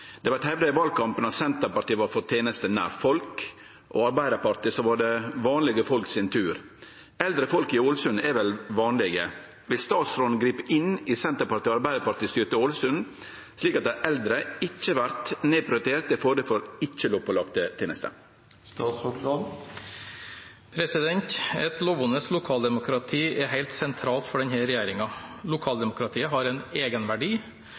Det vart hevda i valkampen at Senterpartiet var for tenester «nær folk», og for Arbeidarpartiet var det «vanlege folk sin tur». Eldre folk i Ålesund er vel vanlege. Vil statsråden gripe inn i Senterparti- og Arbeidarparti-styrte Ålesund, slik at dei eldre ikkje vert nedprioriterte til fordel for ikkje lovpålagde tenester?» Et levende lokaldemokrati er helt sentralt for denne regjeringen. Lokaldemokratiet har